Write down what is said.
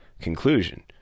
conclusion